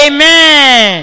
Amen